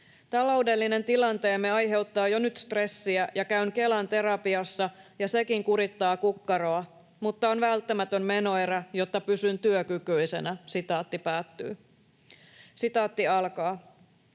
Taloudellinen tilanteemme aiheuttaa jo nyt stressiä, ja käyn Kelan terapiassa, ja sekin kurittaa kukkaroa, mutta on välttämätön menoerä, jotta pysyn työkykyisenä.” ”Minulla on nyt juuri ja